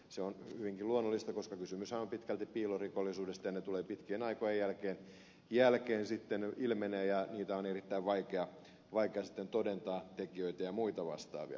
se on hyvinkin luonnollista koska kysymyshän on pitkälti piilorikollisuudesta ja rikokset ilmenevät pitkien aikojen jälkeen sitten ja niitä on erittäin vaikea todentaa tekijöitä ja muita vastaavia